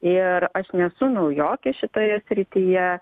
ir aš nesu naujokė šitoje srityje